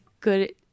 good